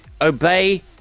Obey